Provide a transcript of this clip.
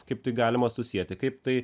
kaip tai galima susieti kaip tai